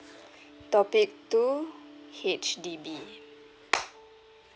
topic two H_D_B